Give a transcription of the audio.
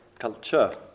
culture